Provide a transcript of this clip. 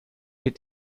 wird